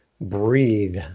breathe